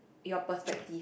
your perspective